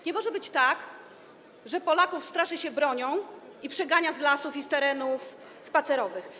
Nie może być tak, że Polaków straszy się bronią i przegania się z lasów i z terenów spacerowych.